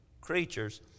creatures